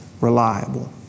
reliable